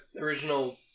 original